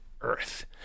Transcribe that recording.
Earth